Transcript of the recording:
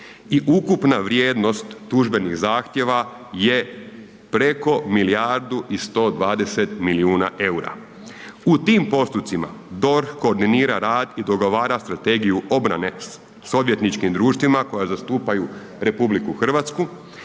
ukupna vrijednost tužbenih zahtjeva je preko milijardu i 120 milijuna EUR-a. U tim postupcima DORH koordinira rad i dogovara strategiju obrane s odvjetničkim društvima koja zastupaju RH i daje pravnu